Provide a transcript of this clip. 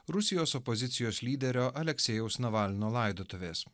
rusijos opozicijos lyderio aleksejaus navalno laidotuvės